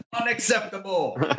Unacceptable